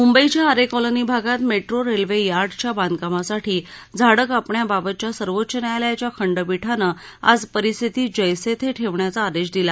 मुंबईच्या आरे कॉलनी भागात metro railway यार्डच्या बांधकामासाठी झाडं कापण्याबाबत सर्वोच्च न्यायालयाच्या खंडपीठानं आज परिस्थिती जैसे थे ठेवण्याचा आदेश दिला